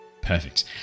Perfect